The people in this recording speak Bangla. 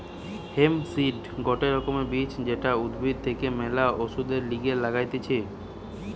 হেম্প সিড গটে রকমের বীজ যেটা উদ্ভিদ থেকে ম্যালা ওষুধের লিগে লাগতিছে